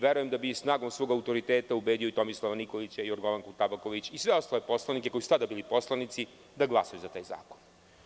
Verujem da bi snagom svog autoriteta ubedio i Tomislava Nikolića, Jorgovanku Tabaković i sve ostale poslanike koji su tada bili poslanici da glasaju za taj zakon.